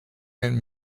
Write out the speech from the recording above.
and